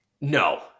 No